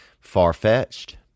far-fetched